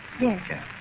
Yes